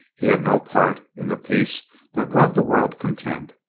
he had no part in the peace that brought the world content.